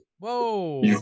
whoa